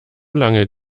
lange